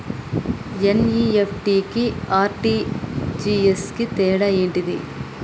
NEFT కి RTGS కు తేడా ఏంటిది?